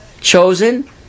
chosen